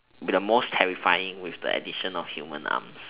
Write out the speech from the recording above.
be the most terrifying with the addition of human arms